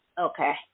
Okay